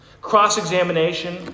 cross-examination